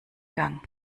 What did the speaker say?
gang